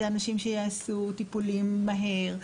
זה אנשים שיעשו טיפולים מהר,